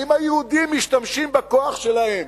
כי אם היהודים משתמשים בכוח שלהם,